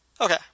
Okay